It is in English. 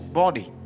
body